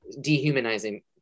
dehumanizing